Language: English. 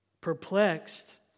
Perplexed